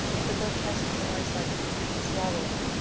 with a grotesque noise like something swallowing,